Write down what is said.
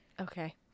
Okay